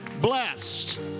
blessed